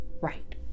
Right